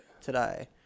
Today